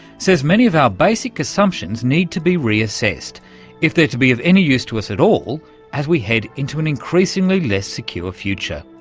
says many of our basic assumptions need to be reassessed if they're to be of any use to us at all as we head into an increasingly less secure future.